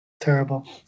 terrible